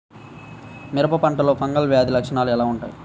మిరప పంటలో ఫంగల్ వ్యాధి లక్షణాలు ఎలా వుంటాయి?